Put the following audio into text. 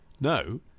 No